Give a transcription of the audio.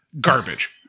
garbage